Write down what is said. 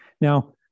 Now